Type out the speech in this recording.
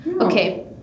Okay